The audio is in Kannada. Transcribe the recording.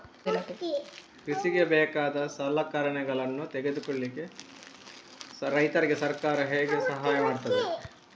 ಕೃಷಿಗೆ ಬೇಕಾದ ಸಲಕರಣೆಗಳನ್ನು ತೆಗೆದುಕೊಳ್ಳಿಕೆ ರೈತರಿಗೆ ಸರ್ಕಾರ ಹೇಗೆ ಸಹಾಯ ಮಾಡ್ತದೆ?